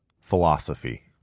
philosophy